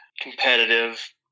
competitive